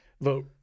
vote